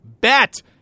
Bet